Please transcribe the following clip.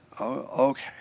Okay